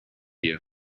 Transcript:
you